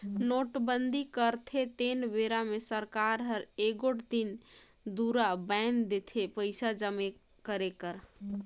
नोटबंदी करथे तेन बेरा मे सरकार हर एगोट दिन दुरा बांएध देथे पइसा जमा करे कर